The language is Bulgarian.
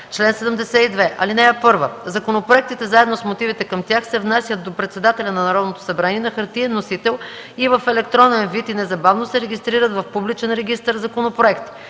„Чл. 72. (1) Законопроектите заедно с мотивите към тях се внасят до председателя на Народното събрание на хартиен носител и в електронен вид и незабавно се регистрират в публичен регистър „Законопроекти”.